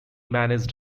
managed